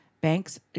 banks